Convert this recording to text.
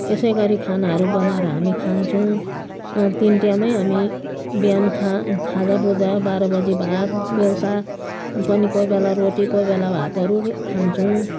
यसै गरी खानाहरू बनाएर हामी खान्छौँ तिन टायमै हामी बिहान खा खाजाभुजा बाह्र बजी भात बेलुका पनि कोही बेला रोटी केही बेला भातहरू खान्छौँ